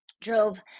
drove